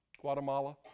Guatemala